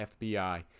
FBI